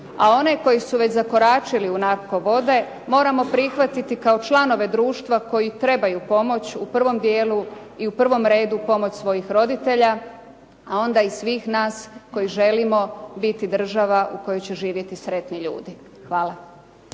A one koji su već zakoračili u narko vode moramo prihvatiti kao članove društva koji trebaju pomoć, u prvom dijelu i u prvom redu pomoć svojih roditelja, a onda i svih nas koji želimo biti država u kojoj će živjeti sretni ljudi. Hvala.